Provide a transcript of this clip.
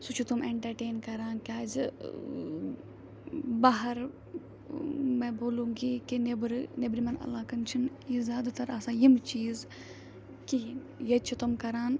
سُہ چھِ تِم ایٚنٹَرٹین کَران کیٛازِ بَہار میں بولوں گی کہِ نیٚبرٕ نیٚبرِمیٚن عَلاقَن چھِنہٕ یہِ زیادٕ تَر آسان یِم چیٖز کِہیٖنۍ ییٚتہِ چھِ تِم کَران